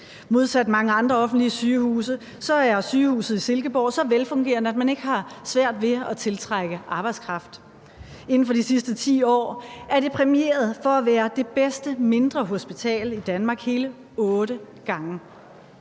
Modsat mange andre offentlige sygehuse er sygehuset i Silkeborg så velfungerende, at man ikke har svært ved at tiltrække arbejdskraft. Inden for de sidste 10 år er det præmieret for at være det bedste mindre hospital i Danmark hele otte gange.